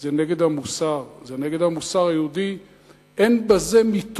זה נגד המוסר, זה נגד המוסר היהודי.